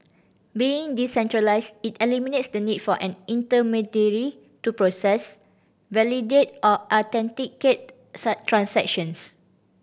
being decentralised it eliminates the need for an intermediary to process validate or authenticate transactions